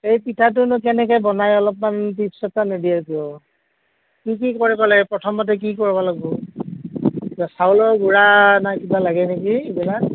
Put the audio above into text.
সেই পিঠাটো নো কেনেকৈ বনাই অলপমান টিপ্চ এটা নিদিয়ে কিয় কি কি কৰিব লাগে প্ৰথমতে কি কৰিব লাগিব চাউলৰ গুড়া নে কিবা লাগে নেকি এইবিলাক